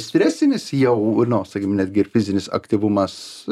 stresinis jau ir na sakykim netgi ir fizinis aktyvumas